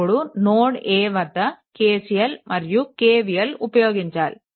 ఇప్పుడు node A వద్ద KCL మరియు KVL ఉపయోగించాలి